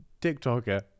TikToker